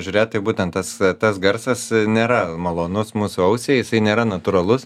žiūrėt taip būtent tas tas garsas nėra malonus mūsų ausiai jisai nėra natūralus